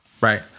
right